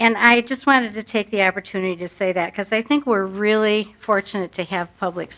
and i just wanted to take the opportunity to say that because i think we're really fortunate to have public